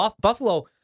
Buffalo